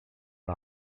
the